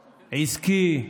עסקי,